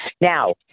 Now